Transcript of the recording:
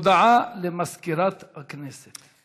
הודעה למזכירת הכנסת.